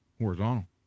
horizontal